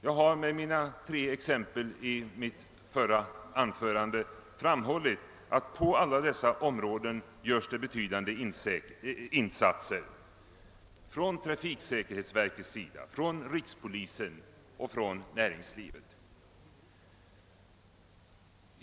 Jag har med de tre exemplen i mitt förra anförande framhållit att det på alla dessa områden görs betydande insatser av trafiksäkerhetsverket, av rikspolisen och av näringslivet.